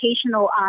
educational